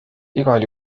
igal